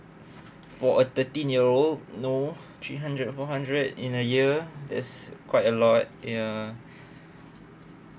for a thirteen year old no three hundred four hundred in a year that's quite a lot ya